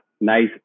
nice